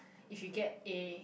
if you get A